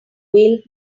whale